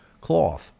cloth